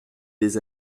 des